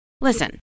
listen